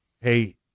hey